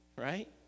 right